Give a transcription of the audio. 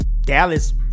Dallas